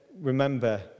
remember